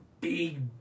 big